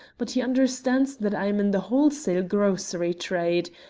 but he understands that i am in the wholesale grocery trade.